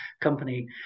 company